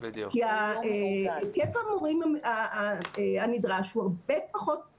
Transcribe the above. כי היקף המורים הנדרש הוא הרבה פחות